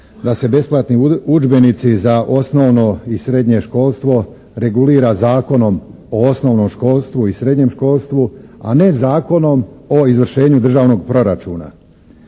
da se besplatni udžbenici za osnovno i srednje školstvo regulira Zakonom o osnovnom školstvu i srednjem školstvu, a ne Zakonom o izvršenju državnog proračuna